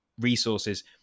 resources